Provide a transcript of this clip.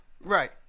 Right